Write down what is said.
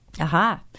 Aha